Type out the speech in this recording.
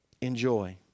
Enjoy